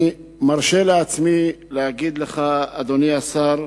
אני מרשה לעצמי להגיד לך, אדוני השר,